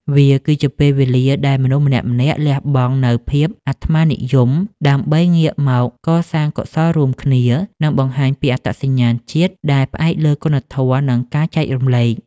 វាគឺជាពេលវេលាដែលមនុស្សម្នាក់ៗលះបង់នូវភាពអត្ដានិយម ដើម្បីងាកមកសាងកុសលរួមគ្នា និងបង្ហាញពីអត្តសញ្ញាណជាតិដែលផ្អែកលើគុណធម៌ និងការចែករំលែក។